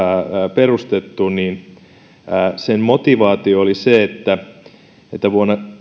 perustettu ja sen motivaatio oli se että että vuonna